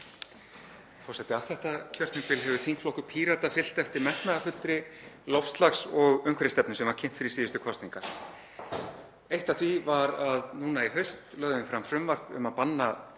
Forseti. Allt þetta kjörtímabil hefur þingflokkur Pírata fylgt eftir metnaðarfullri loftslags- og umhverfisstefnu sem var kynnt fyrir síðustu kosningar. Eitt af því var að núna í haust lögðum við fram frumvarp um að banna